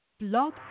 Blog